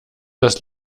das